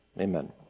Amen